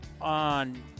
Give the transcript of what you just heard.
on